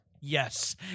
Yes